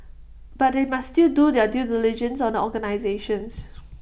but they must still do their due diligence on the organisations